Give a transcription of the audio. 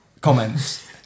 comments